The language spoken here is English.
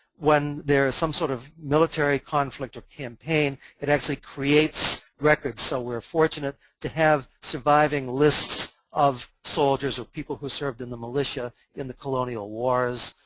when there's some sort of military conflict or campaign, it actually creates records, so we're fortunate to have surviving lists of soldiers or people who served in the militia in the colonial wars.